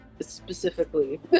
specifically